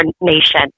nation